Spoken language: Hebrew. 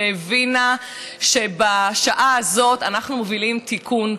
שהבינה שבשעה הזאת אנחנו מובילים תיקון,